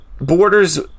borders